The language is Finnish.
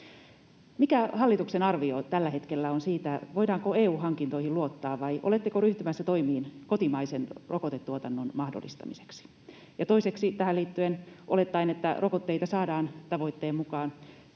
Mikä hallituksen arvio tällä hetkellä on siitä, voidaanko EU-hankintoihin luottaa, vai oletteko ryhtymässä toimiin kotimaisen rokotetuotannon mahdollistamiseksi? Toiseksi tähän liittyen, olettaen, että rokotteita saadaan tavoitteen mukaan: